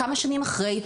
כמה שנים אחרי,